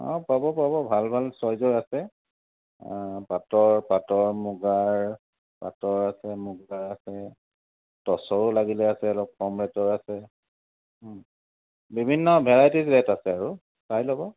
অঁ পাব পাব ভাল ভাল চইজৰ আছে পাটৰ পাটৰ মুগাৰ পাটৰ আছে মুগাৰ আছে টছৰো লাগিলে আছে অলপ কম ৰেটৰ আছে বিভিন্ন ভেৰাইটিজ ৰেট আছে আৰু চাই ল'ব